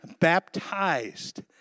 baptized